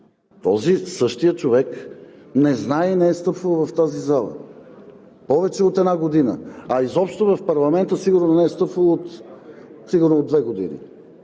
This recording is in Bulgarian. този, същият човек не знае и не е стъпвал в тази зала повече от една година, а изобщо в парламента не е стъпвал сигурно от две години?